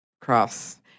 cross